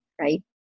right